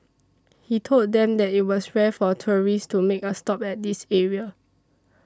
he told them that it was rare for tourists to make a stop at this area